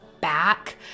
back